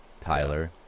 Tyler